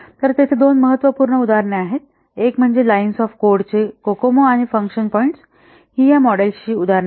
तर तेथे दोन महत्त्वपूर्ण उदाहरणे आहेत एक म्हणजे लाईन्स ऑफ कोड चे कोकोमो आणि फंक्शन पॉईंट्स ही या मॉडेल्सची उदाहरणे आहेत